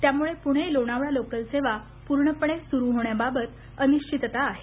त्यामुळे पुणे लोणावळा लोकल सेवा पूर्णपणे सुरु होण्याबाबत अनिश्चितता आहे